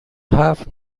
هفت